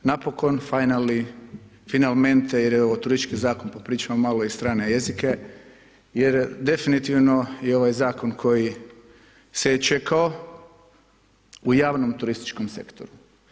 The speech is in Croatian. Napokon, finally, finalmente, jer je ovo turistički zakon pa pričamo malo i strane jezike jer definitivno je ovaj zakon koji se je čekao u javnom turističkom sektoru.